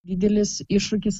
didelis iššūkis